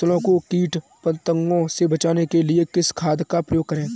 फसलों को कीट पतंगों से बचाने के लिए किस खाद का प्रयोग करें?